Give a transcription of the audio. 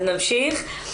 אז נמשיך,